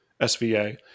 SVA